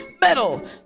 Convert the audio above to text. Metal